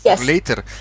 later